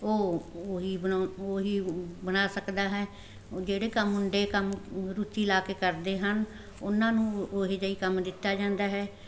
ਉਹ ਉਹ ਹੀ ਬਣਾ ਉਹ ਹੀ ਬਣਾ ਸਕਦਾ ਹੈ ਉਹ ਜਿਹੜੇ ਕੰਮ ਮੁੰਡੇ ਕੰਮ ਰੁਚੀ ਲਾ ਕੇ ਕਰਦੇ ਹਨ ਉਹਨਾਂ ਨੂੰ ਉਹੋ ਜਿਹਾ ਹੀ ਕੰਮ ਦਿੱਤਾ ਜਾਂਦਾ ਹੈ